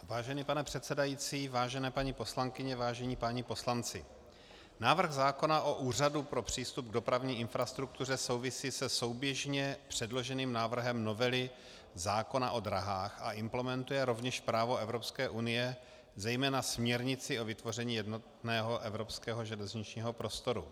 Vážený pane předsedající, vážené paní poslankyně, vážení páni poslanci, návrh zákona o Úřadu pro přístup k dopravní infrastruktuře souvisí se souběžně předloženým návrhem novely zákona o dráhách a implementuje rovněž právo Evropské unie, zejména směrnici o vytvoření jednotného evropského železničního prostoru.